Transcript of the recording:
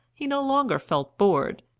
he no longer felt bored,